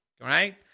right